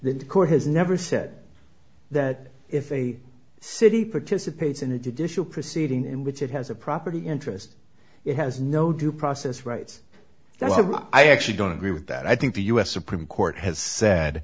that the court has never said that if a city participates in additional proceeding in which it has a property interest it has no due process rights that i actually don't agree with that i think the us supreme court has said